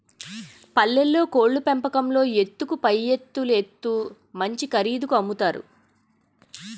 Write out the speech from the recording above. పల్లెల్లో కోళ్లు పెంపకంలో ఎత్తుకు పైఎత్తులేత్తు మంచి ఖరీదుకి అమ్ముతారు